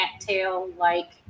cattail-like